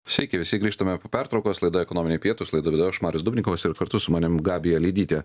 sveiki visi grįžtame po pertraukos laida ekonominiai pietūs laidą vedu aš marius dubnikovas ir kartu su manim gabija lidytė